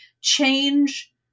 change